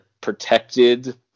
protected